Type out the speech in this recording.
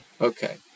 Okay